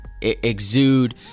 exude